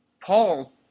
Paul